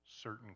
certain